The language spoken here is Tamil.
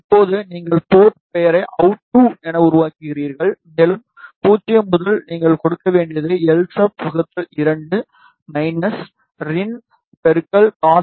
இப்போது நீங்கள் போர்ட் பெயரை அவுட் 2 என உருவாக்குகிறீர்கள் மேலும் 0 முதல் நீங்கள் கொடுக்க வேண்டியது Lsub 2 rin cos y